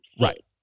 Right